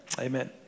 Amen